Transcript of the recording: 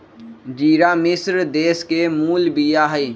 ज़िरा मिश्र देश के मूल बिया हइ